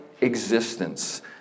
existence